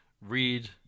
read